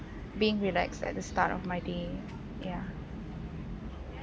being relaxed at the start of my day ya